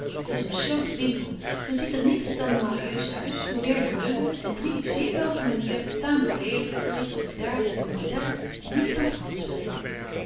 t is een besloten winkel men ziet er niets dan een modieus huis moderne meubelen en drie zeer wel gemanierde taamlyk lelyke reeds wat bedaarde demoiselles die niets dan fransch spreken